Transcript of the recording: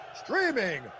streaming